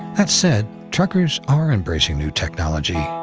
that said, truckers are embracing new technology,